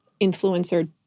influencer